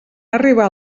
arribar